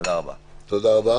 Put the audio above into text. תודה לך,